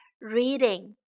reading